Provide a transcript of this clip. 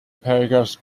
paragraphs